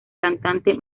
cantante